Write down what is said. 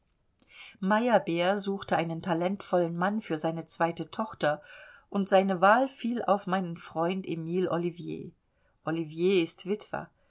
meyerbeer suchte einen talentvollen mann für seine zweite tochter und seine wahl fiel auf meinen freund emile ollivier ollivier ist witwer